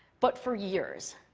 but for years,